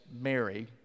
Mary